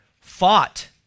fought